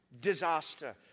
disaster